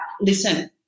Listen